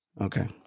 okay